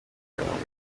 ndamureka